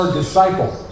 disciple